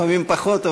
לפעמים פחות,